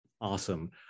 Awesome